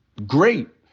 great.